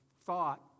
thought